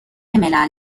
ملل